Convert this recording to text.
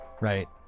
Right